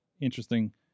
interesting